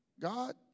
God